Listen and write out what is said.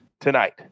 tonight